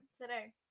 today